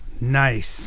Nice